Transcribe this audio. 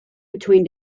between